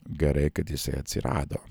gerai kad jisai atsirado